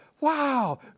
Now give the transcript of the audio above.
Wow